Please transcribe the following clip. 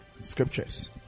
scriptures